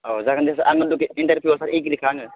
औ जागोन दे सार आं खिन्थु इन्टारभिउआव एग्रिखा आङो